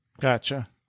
Gotcha